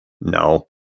No